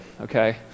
okay